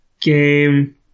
game